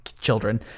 children